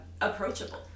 approachable